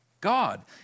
God